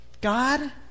God